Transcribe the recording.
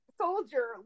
Soldier